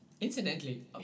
Incidentally